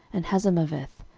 and hazarmaveth,